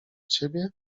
ciebie